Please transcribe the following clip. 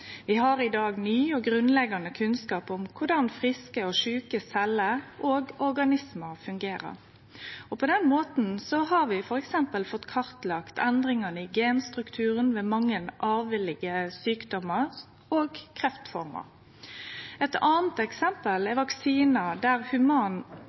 Vi har i dag ny og grunnleggjande kunnskap om korleis friske og sjuke celler og organismar fungerer. På den måten har vi t.d. fått kartlagt endringane i genstrukturen ved mange arvelege sjukdomar og kreftformer. Eit anna eksempel